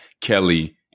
Kelly